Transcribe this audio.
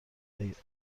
ضعیف